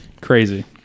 crazy